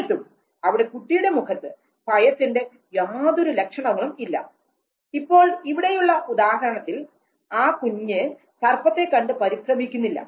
എന്നിട്ടും അവിടെ കുട്ടിയുടെ മുഖത്ത് ഭയത്തിന്റെ യാതൊരു ലക്ഷണങ്ങളും ഇല്ല ഇപ്പോൾ ഇവിടെയുള്ള ഉദാഹരണത്തിൽ ആ കുഞ്ഞ് സർപ്പത്തെ കണ്ടു പരിഭ്രമിക്കുന്നില്ല